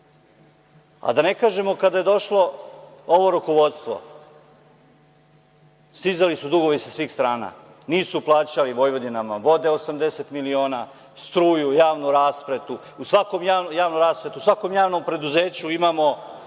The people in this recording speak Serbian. a da ne kažemo kada je došlo ovo rukovodstvo. Stizali su dugovi sa svih strana. Nisu plaćali Vojvodinama vode 80 miliona, struju, javnu rasvetu. U svakom javnom preduzeću imamo